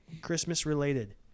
Christmas-related